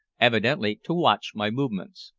evidently to watch my movements.